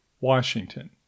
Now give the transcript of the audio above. Washington